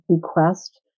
bequest